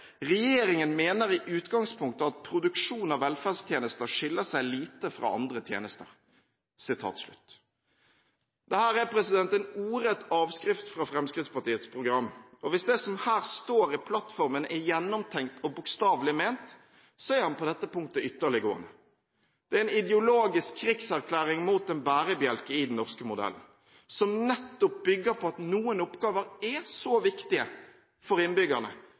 regjeringen vil gå en annen vei. I plattformen heter det: «Regjeringen mener i utgangspunktet at produksjon av velferdstjenester skiller seg lite fra andre tjenester.» Dette er en ordrett avskrift fra Fremskrittspartiets program. Hvis det som her står i plattformen er gjennomtenkt og bokstavelig ment, er den på dette punktet ytterliggående. Det er en ideologisk krigserklæring mot en bærebjelke i den norske modellen, som nettopp bygger på at noen oppgaver er så viktige for innbyggerne